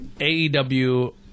AEW